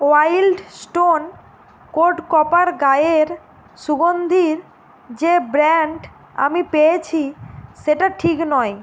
wild stone code copper গায়ের সুগন্ধির যে ব্র্যাণ্ড আমি পেয়েছি সেটা ঠিক নয়